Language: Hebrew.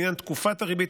לעניין תקופת הריבית,